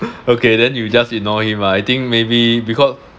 okay then you just ignore him ah I think maybe because